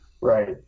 Right